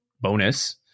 bonus